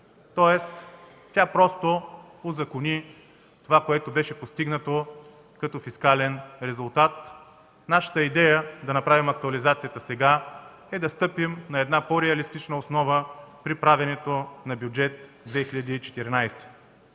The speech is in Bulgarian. Тоест тя просто узакони това, което беше постигнато като фискален резултат. Нашата идея да направим актуализацията сега е: да стъпим на една по-реалистична основа при правенето на Бюджет 2014.